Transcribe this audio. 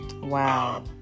Wow